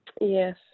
Yes